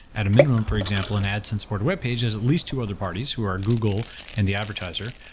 at a minimum for example, an ad and support of webpage is at least two other parties who are google and the advertiser.